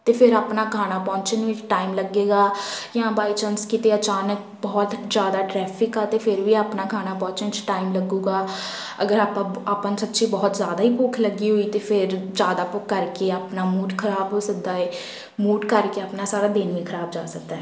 ਅਤੇ ਫਿਰ ਆਪਣਾ ਖਾਣਾ ਪਹੁੰਚਣ ਨੂੰ ਟਾਈਮ ਲੱਗੇਗਾ ਜਾਂ ਬਾਏ ਚਾਂਸ ਕਿਤੇ ਅਚਾਨਕ ਬਹੁਤ ਜ਼ਿਆਦਾ ਟਰੈਫਿਕ ਆ ਤਾਂ ਫਿਰ ਵੀ ਆਪਣਾ ਖਾਣਾ ਪਹੁੰਚਣ 'ਚ ਟਾਈਮ ਲੱਗੂਗਾ ਅਗਰ ਆਪਾਂ ਨੂੰ ਸੱਚੀ ਬਹੁਤ ਜ਼ਿਆਦਾ ਹੀ ਭੁੱਖ ਲੱਗੀ ਹੋਈ ਤਾਂ ਫਿਰ ਜ਼ਿਆਦਾ ਭੁੱਖ ਕਰਕੇ ਆਪਣਾ ਮੂਡ ਖ਼ਰਾਬ ਹੋ ਸਕਦਾ ਹੈ ਮੂਡ ਕਰਕੇ ਆਪਣਾ ਸਾਰਾ ਦਿਨ ਵੀ ਖ਼ਰਾਬ ਜਾ ਸਕਦਾ ਹੈ